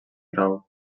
grau